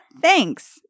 thanks